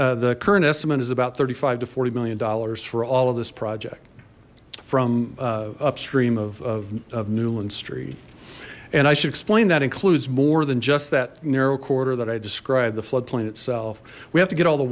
minute the current estimate is about thirty five to forty million dollars for all of this project from upstream of newland street and i should explain that includes more than just that narrow corridor that i described the floodplain itself we have to get all the